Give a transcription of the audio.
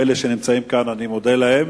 אלה שנמצאים כאן, אני מודה להם.